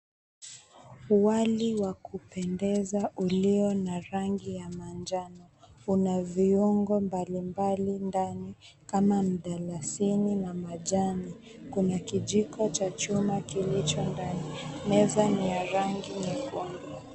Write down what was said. Wali wa kupendeza ulio na rangi ya manjano una viungo mbalimbali ndani kama mdalasini na majani. Kuna kijiko cha chuma kilicho ndani, meza ni ya rangi nyekundu.